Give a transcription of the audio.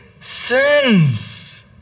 sins